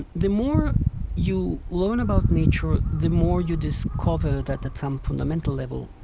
the the more you learn about nature, the more you discover that, at some fundamental level,